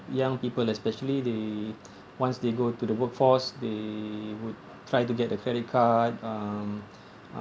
young people especially they once they go to the workforce they would try to get a credit card um